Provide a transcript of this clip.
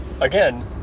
again